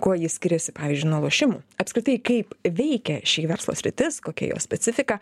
kuo ji skiriasi pavyzdžiui nuo lošimų apskritai kaip veikia ši verslo sritis kokia jos specifika